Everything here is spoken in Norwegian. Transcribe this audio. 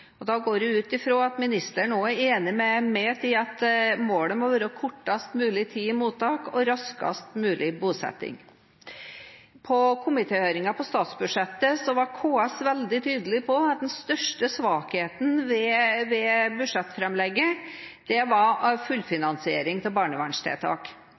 og da går jeg ut fra at ministeren er enig med meg i at målet må være kortest mulig tid i mottak og raskest mulig bosetting. I komitéhøringen i forbindelse med statsbudsjettet var KS veldig tydelig på at den største svakheten ved budsjettframlegget var fullfinansiering av barnevernstiltak. Det viktigste tiltaket for å få bosatt flere enslige mindreårige var fullfinansiering av